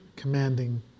commanding